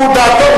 הוא, דעתו.